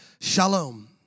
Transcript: shalom